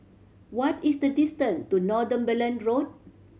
what is the distance to Northumberland Road